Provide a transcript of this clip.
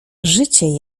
życie